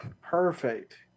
Perfect